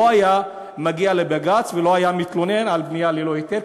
לא היה מגיעים לבג"ץ ולא היו מתלוננים על בנייה ללא היתר,